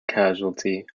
casualty